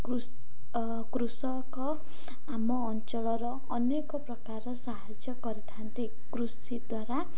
କୃ କୃଷକ ଆମ ଅଞ୍ଚଳର ଅନେକ ପ୍ରକାର ସାହାଯ୍ୟ କରିଥାନ୍ତି କୃଷି ଦ୍ୱାରା